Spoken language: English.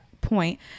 point